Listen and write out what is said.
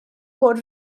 bod